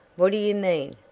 what do you mean,